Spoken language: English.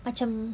macam